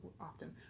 often